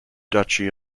duchy